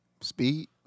Speed